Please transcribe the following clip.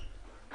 תודה